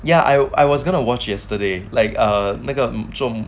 ya I I was going to watch yesterday like err 那个中